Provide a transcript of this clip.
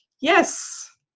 yes